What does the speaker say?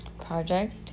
project